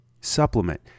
supplement